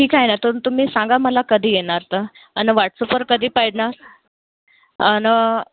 ठीक आहे ना तुम तुम्ही सांगा मला कधी येणार तर आणि वॉट्सअपवर कधी पैडणार आणि